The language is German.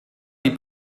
die